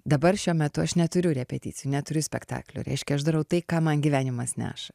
dabar šiuo metu aš neturiu repeticijų neturiu spektaklio reiškia aš darau tai ką man gyvenimas neša